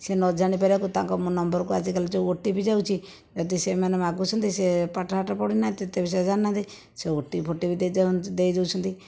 ସିଏ ନ ଜାଣି ପାରିବାକୁ ତାଙ୍କ ନମ୍ବରକୁ ଆଜିକାଲି ଯେଉଁ ଓଟିପି ଯାଉଛି ଯଦି ସେମାନେ ମାଗୁଛନ୍ତି ସିଏ ପାଠ ସାଠ ପଢ଼ି ନାହାନ୍ତି ତେବେ ସିଏ ଜାଣି ନାହାନ୍ତି ସେ ଓଟିପି ଫୋଟିପି ଦେଇଦେଇ ଦେଉଛନ୍ତି